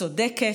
צודקת,